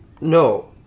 no